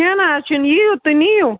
کیٚنٛہہ نہٕ حظ چھُنہٕ یِیو تہٕ نِیو